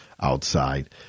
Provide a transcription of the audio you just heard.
outside